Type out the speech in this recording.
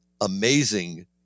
amazing